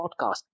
podcast